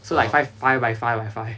so like five by five by five